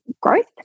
growth